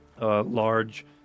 large